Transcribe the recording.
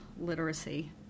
literacy